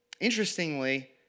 Interestingly